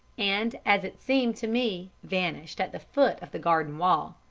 and as it seemed to me vanished at the foot of the garden wall.